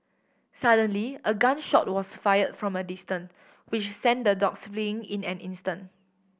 suddenly a gun shot was fired from a distance which sent the dogs fleeing in an instant